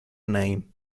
name